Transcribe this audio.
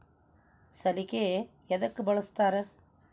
ಸಲಿಕೆ ಯದಕ್ ಬಳಸ್ತಾರ?